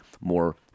more